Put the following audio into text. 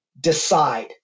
decide